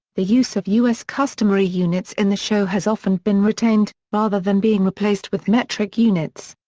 the use of us customary units in the show has often been retained, rather than being replaced with metric units.